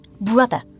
brother